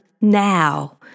now